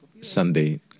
Sunday